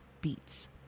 beats